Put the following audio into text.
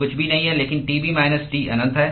कुछ भी नहीं है लेकिन Tb माइनस T अनंत है